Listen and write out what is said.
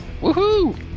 Woohoo